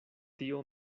tio